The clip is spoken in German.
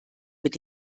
mit